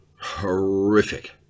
horrific